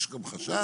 יש גם חשש.